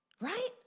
right